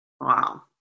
Wow